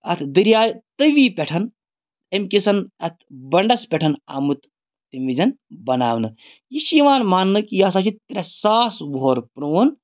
اَتھ دٔریایہِ تٔوی پٮ۪ٹھ اَمہِ کِس اَتھ بَنٛڈَس پٮ۪ٹھ آمُت تَمہِ وِزِ بَناونہٕ یہِ چھِ یِوان مانٛنہٕ کہِ یہِ ہَسا چھِ ترٛےٚ ساس وُہَر پرٛون